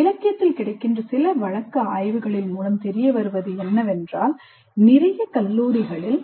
இலக்கியத்தில் கிடைக்கின்ற சில வழக்கு ஆய்வுகளில் மூலம் தெரியவருவது என்ன என்றால் நிறைய கல்லூரிகளில்